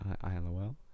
I-L-O-L